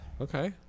Okay